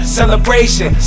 celebration